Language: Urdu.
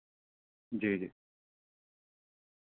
جی جی